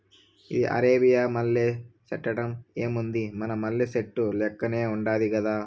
ఇది అరేబియా మల్లె సెట్టంట, ఏముంది మన మల్లె సెట్టు లెక్కనే ఉండాది గదా